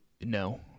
No